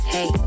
Hey